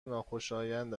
ناخوشایند